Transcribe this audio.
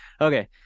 Okay